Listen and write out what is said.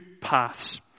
paths